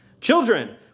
Children